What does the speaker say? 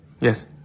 yes